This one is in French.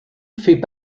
fait